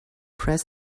press